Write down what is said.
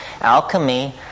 Alchemy